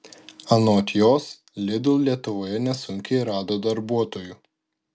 anot jos lidl lietuvoje nesunkiai rado darbuotojų